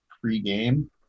pre-game